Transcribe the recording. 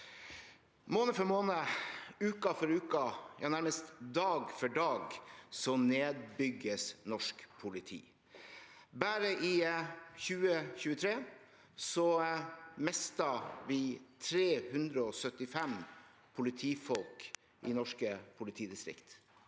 Måned for måned, uke for uke, nærmest dag for dag nedbygges norsk politi. Bare i 2023 mistet vi 375 politifolk i norske politidistrikt.